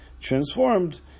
transformed